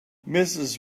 mrs